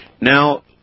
Now